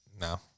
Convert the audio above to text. no